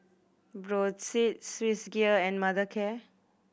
Brotzeit Swissgear and Mothercare